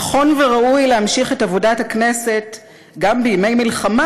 נכון וראוי להמשיך את עבודת הכנסת גם בימי מלחמה,